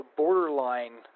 borderline